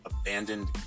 abandoned